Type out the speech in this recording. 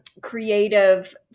creative